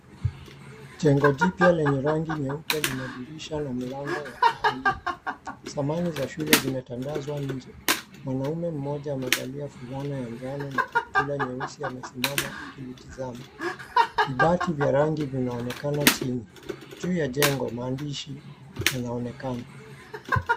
Jengo jipwa lenye rangi nyeupe na madirisha na mlango ya kahawia. Samani za shule zimetandazwa nje. Mwanamume mmoja amevalia fulana ya njano na kaptula nyeusi amesimama akilitizama. Vibati vya rangi vinaonekana chini. Juu ya jengo maandishi yanaonekana.